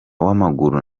w’amaguru